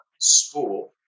sport